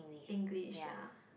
English ya